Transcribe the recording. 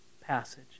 passage